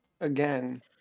Again